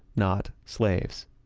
not slaves.